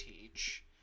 teach